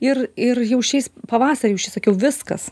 ir ir jau šiais pavasarį aš jau sakiau viskas